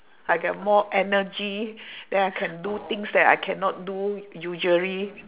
I get more energy then I can do things that I cannot do usually